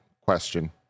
question